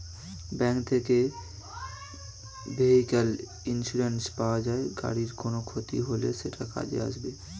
bank থেকে vehicle insurance পাওয়া যায়, গাড়ির কোনো ক্ষতি হলে সেটা কাজে আসবে